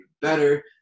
better